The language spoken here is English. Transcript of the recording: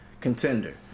contender